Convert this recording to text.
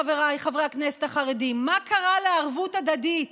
חבריי חברי הכנסת החרדים: מה קרה לערבות ההדדית?